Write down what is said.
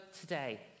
today